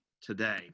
today